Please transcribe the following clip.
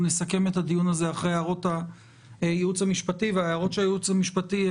נשמע עכשיו את הייעוץ המשפטי.